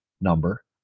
number